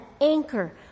anchor